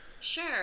Sure